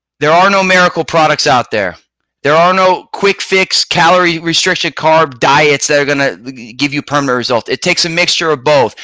there are no miracle products out there there are no quick fix calorie restriction carb diets that are going to give you permanent results it takes a mixture of both.